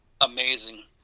amazing